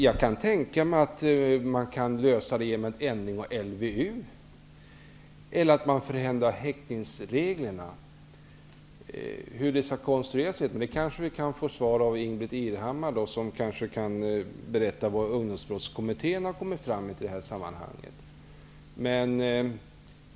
Jag kan tänka mig att man kan lösa detta genom en ändring av LVU eller genom en ändring av häktningsreglerna. Hur de skall konstrueras kan vi kanske få besked om av Ingbritt Irhammar, som kanske kan berätta vad Ungdomsbrottskommittén har kommit fram till i detta sammanhang.